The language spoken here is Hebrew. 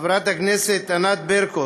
חברת הכנסת ענת ברקו